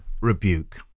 Rebuke